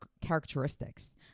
characteristics